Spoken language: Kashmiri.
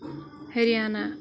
ہریانہ